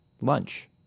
lunch